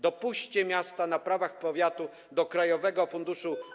Dopuśćcie miasta na prawach powiatu do krajowego Funduszu